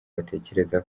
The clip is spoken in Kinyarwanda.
batekereza